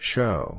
Show